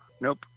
Nope